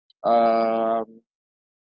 um